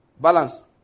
Balance